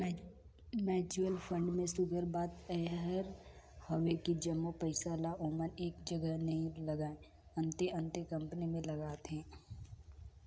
mutual fund में सुग्घर बात एहर हवे कि जम्मो पइसा ल ओमन एक जगहा नी लगाएं, अन्ते अन्ते कंपनी में लगाथें